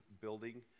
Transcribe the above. building